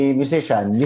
musician